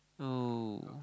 oh